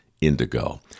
indigo